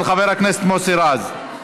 של חבר הכנסת מוסי רז.